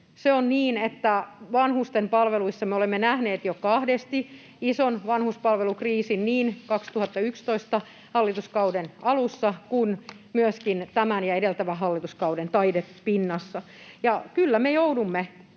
Se on niin, että vanhusten palveluissa me olemme nähneet jo kahdesti ison vanhuspalvelukriisin, niin 2011 hallituskauden alussa kuin myöskin tämän ja edeltävän hallituskauden taitepinnassa. Kyllä me joudumme